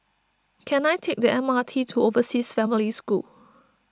can I take the M R T to Overseas Family School